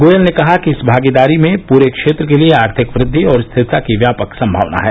गोयल ने कहा कि इस भागीदारी में पूरे क्षेत्र के लिए आर्थिक वृद्धि और स्थिरता की व्यापक संभावना है